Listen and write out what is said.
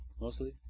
Mostly